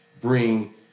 bring